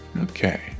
Okay